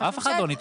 אף אחד לא נדפק.